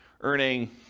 earning